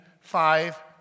five